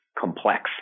complex